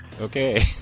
okay